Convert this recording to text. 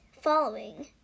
following